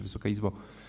Wysoka Izbo!